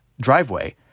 driveway